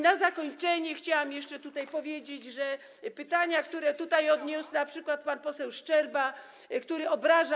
Na zakończenie chciałam jeszcze powiedzieć, że pytania, które tutaj podniósł np. poseł Szczerba, który obraża.